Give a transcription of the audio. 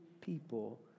people